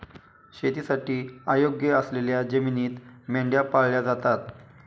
शेतीसाठी अयोग्य असलेल्या जमिनीत मेंढ्या पाळल्या जातात